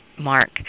mark